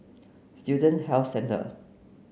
Student Health Centre